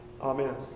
Amen